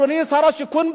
אדוני שר השיכון,